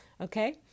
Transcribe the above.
Okay